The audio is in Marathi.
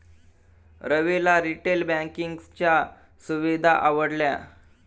रविला रिटेल बँकिंगच्या सुविधा आवडल्या